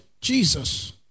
Jesus